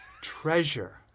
Treasure